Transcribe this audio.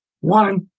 One